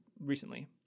recently